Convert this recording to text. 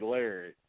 Larry